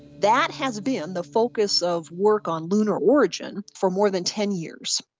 that has been the focus of work on lunar origin for more than ten years,